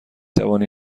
توانی